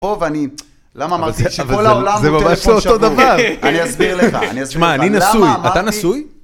טוב, אני... למה אמרתי שכל העולם מותר לצפות בשבוע? אני אסביר לך, אני אסביר לך, למה אמרתי...